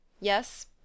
Yes